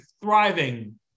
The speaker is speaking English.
thriving